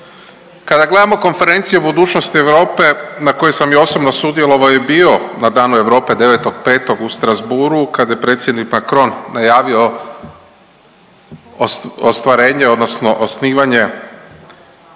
Kada gledamo Konferenciju budućnosti Europe na kojoj sam i osobno sudjelovao i bio na Danu Europe 9.5. u Strasbourgu, kada je predsjednik Macron najavio ostvarenje odnosno osnivanje